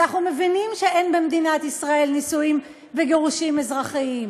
אז אנחנו מבינים שאין במדינת ישראל נישואים וגירושים אזרחיים,